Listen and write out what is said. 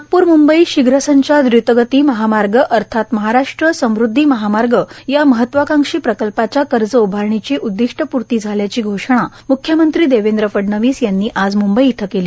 नागप्र म्ंबई शीघ्रसंचार द्रतगती महामार्ग अर्थात महाराष्ट्र समुदधी महामार्ग या महत्त्वाकांक्षी प्रकल्पाच्या कर्ज उभारणीची उददिष्ट्यपूर्ती झाल्याची घोषणा म्ख्यमंत्री देवेंद्र फडणवीस यांनी आज म्ंबई इथं केली